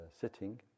sitting